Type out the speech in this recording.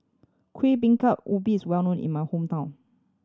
Kuih Bingka Ubi is well known in my hometown